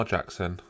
Jackson